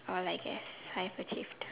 all I guess I've achieved